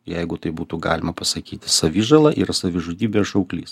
jeigu tai būtų galima pasakyti savižala yra savižudybės šauklys